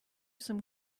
some